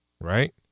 right